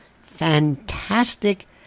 fantastic